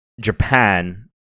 Japan